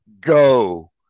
Go